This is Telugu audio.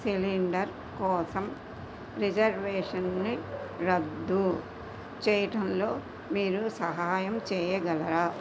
సిలిండర్ కోసం రిజర్వేషన్ని రద్దు చెయ్యడంలో మీరు సహాయం చెయ్యగలరా